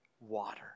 water